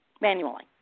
manually